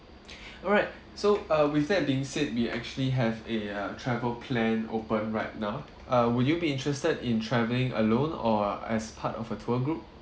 all right so uh with that being said we actually have a uh travel plan open right now uh would you be interested in travelling alone or uh as part of a tour group